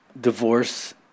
divorce